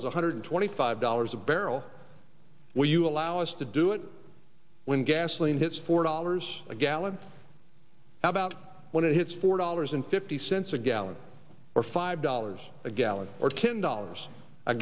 one hundred twenty five dollars a barrel when you allow us to do it when gasoline hits four dollars a gallon how about when it hits four dollars and fifty cents a gallon or five dollars a gallon or ten dollars a